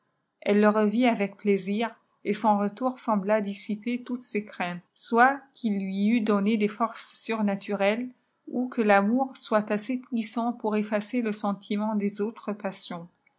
elle lé revit avec plaisir et son retour sembla disàiper toutes fees craintes soît qu'il lui eut donné des forces surnaturelles qu qile tamour soii assez puissant pour effacer le sentiment des autres passions